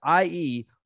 IE